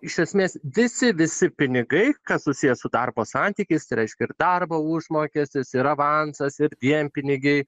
iš esmės visi visi pinigai kas susiję su darbo santykiais tai reikškia ir darbo užmokestis ir avansas ir dienpinigiai